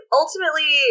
ultimately